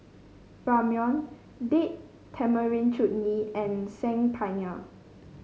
Ramyeon Date Tamarind Chutney and Saag Paneer